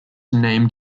named